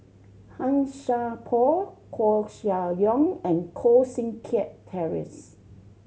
Han Sai Por Koeh Sia Yong and Koh Seng Kiat Terence